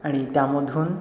आणि त्यामधून